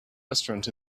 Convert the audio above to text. restaurant